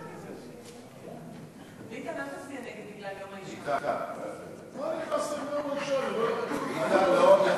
הצעת ועדת הכנסת לתיקון סעיף 111 לתקנון הכנסת נתקבלה.